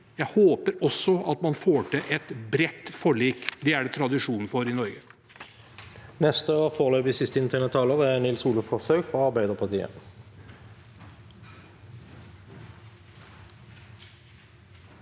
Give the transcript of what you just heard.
Jeg håper også at man får til et bredt forlik. Det er det tradisjon for i Norge.